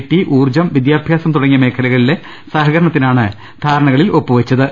T ഊർജ്ജം വിദ്യാഭ്യാസം തുടങ്ങിയ മേഖലകളിലെ സഹകര ണത്തിനാണ് ധാരണകളിൽ ഒപ്പുവെച്ചത്